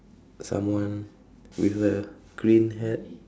someone with a green hat